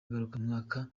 ngarukamwaka